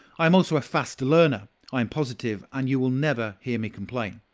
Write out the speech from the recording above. i am also a fast learner i am positive, and you will never hear me complain.